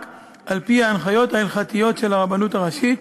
על-פי ההנחיות ההלכתיות של הרבנות הראשית,